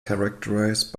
characterized